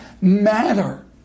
matter